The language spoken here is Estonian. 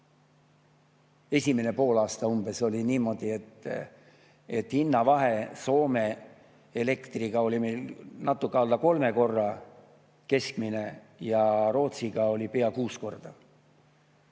esimene poolaasta oli umbes niimoodi, et hinnavahe Soome elektriga oli meil natuke alla kolme korra keskmine ja Rootsiga pea kuuekordne.